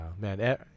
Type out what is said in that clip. man